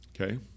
Okay